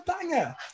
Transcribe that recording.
banger